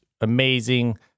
amazing